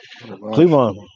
Cleveland